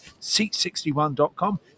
seat61.com